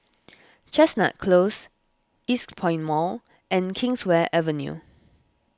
Chestnut Close Eastpoint Mall and Kingswear Avenue